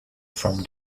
from